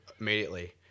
immediately